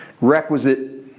requisite